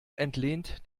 entlehnt